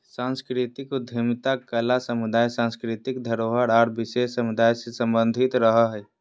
सांस्कृतिक उद्यमिता कला समुदाय, सांस्कृतिक धरोहर आर विशेष समुदाय से सम्बंधित रहो हय